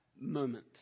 moment